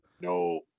No